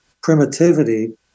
primitivity